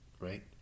Right